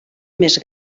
més